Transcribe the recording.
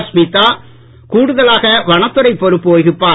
ஸ்மிதா கூடுதலாக வனத்துறை பொறுப்பு வகிப்பார்